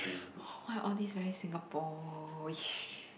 all my all this very Singapore